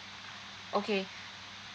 okay